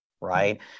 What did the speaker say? right